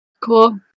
Cool